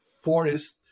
forest